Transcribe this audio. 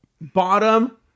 bottom